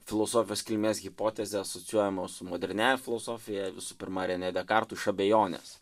filosofijos kilmės hipotezė asocijuojama su moderniąja filosofija visų pirma renė dekartu iš abejonės